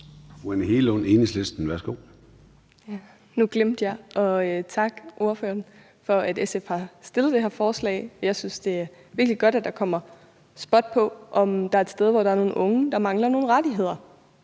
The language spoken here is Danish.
Jeg glemte at takke ordføreren for, at SF har fremsat det her forslag. Jeg synes, det er virkelig godt, at der kommer spot på, om der er et sted, hvor der er nogle unge, der mangler nogle rettigheder.